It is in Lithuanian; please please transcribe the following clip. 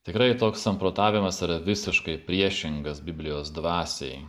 tikrai toks samprotavimas yra visiškai priešingas biblijos dvasiai